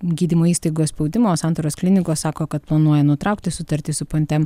gydymo įstaigos spaudimo santaros klinikos sako kad planuoja nutraukti sutartį su pontem